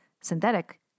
synthetic